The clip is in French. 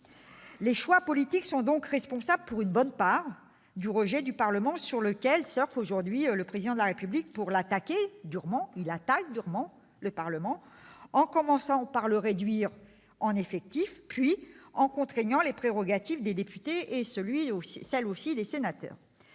Les choix politiques sont donc responsables, pour une bonne part, du rejet du Parlement sur lequel surfe aujourd'hui le Président de la République pour attaquer durement celui-ci, en commençant par en réduire l'effectif, avant de contraindre les prérogatives des députés et des sénateurs.